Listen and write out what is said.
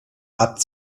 hat